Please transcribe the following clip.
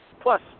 plus